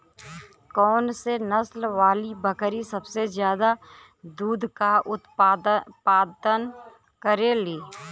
कौन से नसल वाली बकरी सबसे ज्यादा दूध क उतपादन करेली?